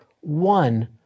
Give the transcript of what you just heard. one